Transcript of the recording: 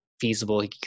feasible